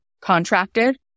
contracted